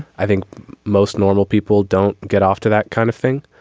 i think most normal people don't get off to that kind of thing.